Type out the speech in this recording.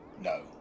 no